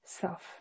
self